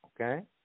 okay